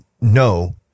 No